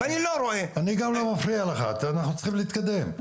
אני גם לא מפריע לך, אנחנו צריכים להתקדם.